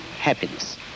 happiness